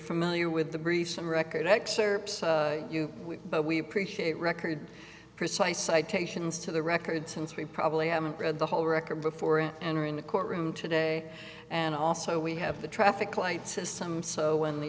familiar with the briefs and record excerpts you but we appreciate record precise citations to the record since we probably haven't read the whole record before entering the courtroom today and also we have the traffic lights as some so when the